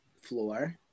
floor